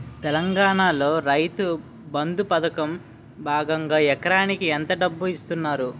తెలంగాణలో రైతుబంధు పథకం భాగంగా ఎకరానికి ఎంత డబ్బు ఇస్తున్నారు?